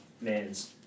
man's